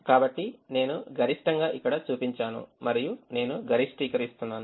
కాబట్టి నేను గరిష్టంగా ఇక్కడ చూపించాను మరియునేను గరిష్టీకరిస్తున్నాను